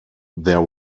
there